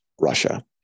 Russia